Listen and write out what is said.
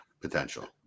potential